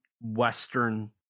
Western